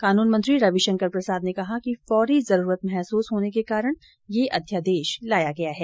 कानून मंत्री रविशंकर प्रसाद ने कहा कि फौरी जरूरत महसूस होने के कारण यह अध्यादेश लाया गया है